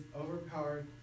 overpowered